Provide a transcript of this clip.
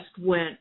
went